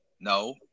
No